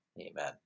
Amen